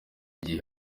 gihe